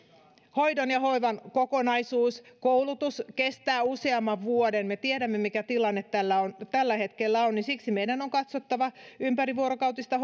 hoidon ja hoivan kokonaisuus koulutus kestää useamman vuoden kun me tiedämme mikä tilanne tällä hetkellä on niin siksi meidän on katsottava ympärivuorokautista